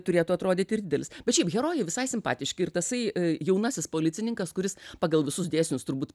turėtų atrodyti ir didelis bet šiaip herojai visai simpatiški ir tasai jaunasis policininkas kuris pagal visus dėsnius turbūt